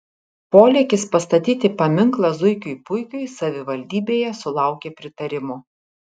polėkis pastatyti paminklą zuikiui puikiui savivaldybėje sulaukė pritarimo